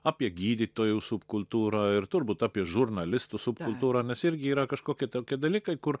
apie gydytojų subkultūrą ir turbūt apie žurnalistų subkultūrą nes irgi yra kažkokie tokie dalykai kur